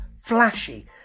flashy